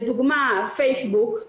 לדוגמא, פייסבוק.